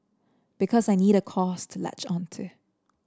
because I need a cause to latch on to